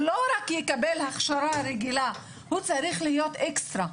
לא רק יקבל הכשרה רגילה, הוא צריך להיות אקסטרה,